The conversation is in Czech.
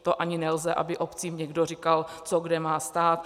To ani nelze, aby obcím někdo říkal, co kde má stát.